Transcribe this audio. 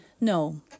No